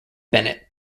bennett